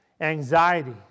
anxiety